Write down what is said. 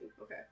Okay